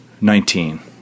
Nineteen